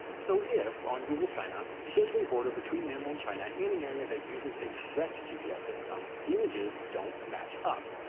so if on google china, you go to a border between mainland china and an area that uses a correct gps system, the images don't match up.